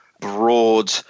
broad